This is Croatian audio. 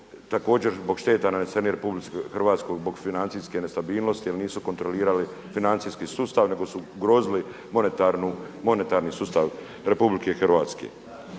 također zbog šteta nanesenih RH zbog financijske nestabilnosti jer nisu kontrolirali financijski sustav, nego su ugrozili monetarni sustav Republike Hrvatske.